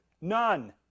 none